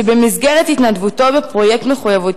שבמסגרת התנדבותו בפרויקט מחויבות